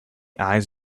eyes